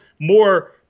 more –